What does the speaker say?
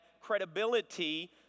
credibility